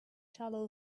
shallow